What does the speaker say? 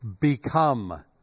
become